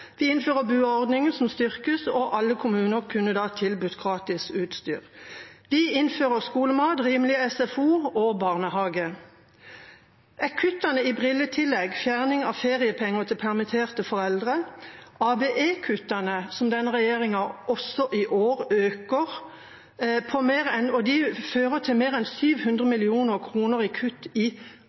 Vi innfører BUA-ordningen som styrkes, og alle kommuner kunne da ha tilbudt gratis utstyr. Vi innfører skolemat, rimelig SFO og barnehage. Er kuttene i brilletillegg, fjerning av feriepenger til permitterte foreldre og ABE-kuttene – som denne regjeringen også i år øker, og som fører til mer enn 700 mill. kr i kutt i